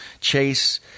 Chase